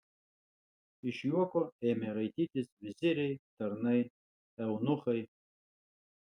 iš juoko ėmė raitytis viziriai tarnai eunuchai